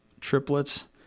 triplets